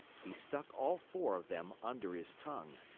he stuck all four of them under his tongue.